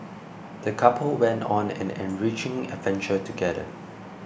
the couple went on an enriching adventure together